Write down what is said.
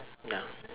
ya